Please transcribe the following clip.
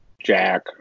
jack